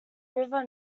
river